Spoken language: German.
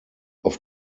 auf